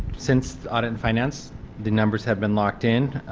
since audit and finance the numbers have been locked-in,